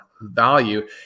value